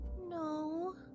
No